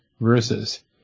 verses